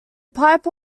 pipe